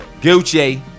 Gucci